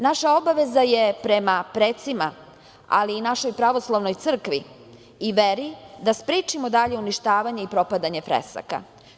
Naša obaveza je prema precima, ali i našoj pravoslavnoj crkvi i veri da sprečimo dalje uništavanja i propadanje fresaka.